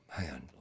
man